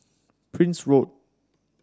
Prince Road